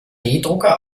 drucker